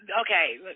Okay